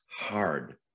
hard